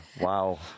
wow